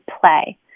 play